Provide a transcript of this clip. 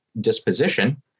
disposition